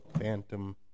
phantom